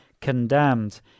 condemned